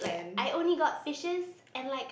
I only got fishes and like